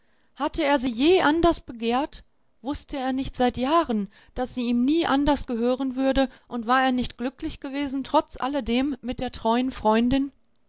hatte er sie je anders begehrt wußte er nicht seit jahren daß sie ihm nie anders gehören würde und war er nicht glücklich gewesen trotz alledem mit der treuen freundin